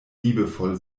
liebevoll